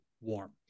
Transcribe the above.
warm